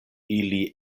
ili